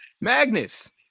Magnus